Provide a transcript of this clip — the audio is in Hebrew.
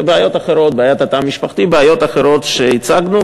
בעיית התא המשפחתי ובעיות אחרות שהצגנו.